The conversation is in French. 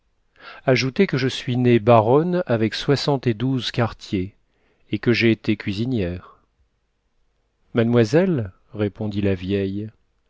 ajoutez que je suis née baronne avec soixante et douze quartiers et que j'ai été cuisinière mademoiselle répondit la vieille